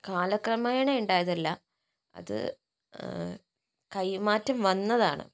കാലക്രമേണയുണ്ടായതല്ല അത് കൈമാറ്റം വന്നതാണ്